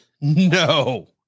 No